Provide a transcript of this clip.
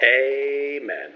Amen